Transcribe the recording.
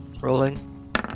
Rolling